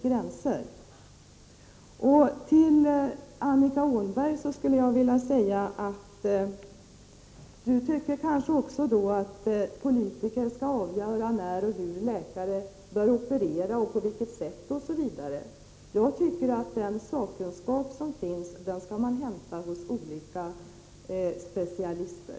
Tycker Annika Åhnberg kanske att politiker också skall avgöra när läkare skall operera, på vilket sätt, osv.? Jag tycker att sakkunskap är någonting man skall hämta hos olika specialister.